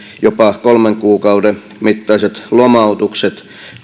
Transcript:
jopa kolmen kuukauden mittaiset lomautukset